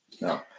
No